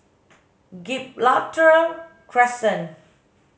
Gibraltar Crescent